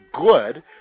good